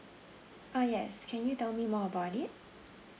uh yes can you tell me more about it